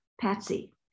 Patsy